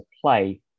play